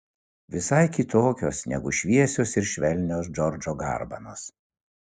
visai kitokios negu šviesios ir švelnios džordžo garbanos